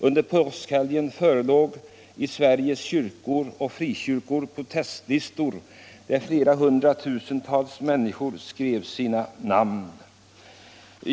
Under påskhelgen förelåg i Sveriges kyrkor och frikyrkor protestlistor, där hundratusentals människor skrev sina namn.